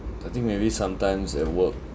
I think maybe sometimes at work